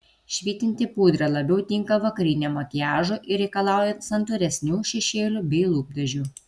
švytinti pudra labiau tinka vakariniam makiažui ir reikalauja santūresnių šešėlių bei lūpdažių